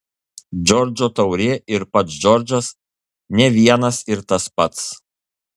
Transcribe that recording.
džordžo taurė ir pats džordžas ne vienas ir tas pats